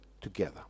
together